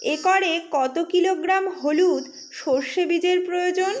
একরে কত কিলোগ্রাম হলুদ সরষে বীজের প্রয়োজন?